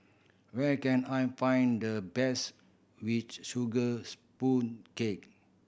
where can I find the best which sugar cake